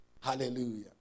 Hallelujah